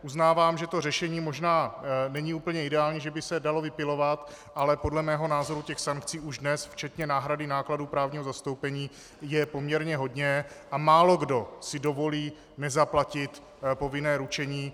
Uznávám, že to řešení možná není úplně ideální, že by se to dalo vypilovat, ale podle mého názoru těch sankcí už dnes, včetně náhrady nákladů právního zastoupení, je poměrně hodně a málokdo si dovolí nezaplatit povinné ručení.